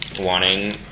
wanting